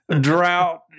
drought